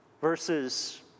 Versus